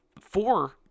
four